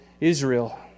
Israel